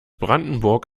brandenburg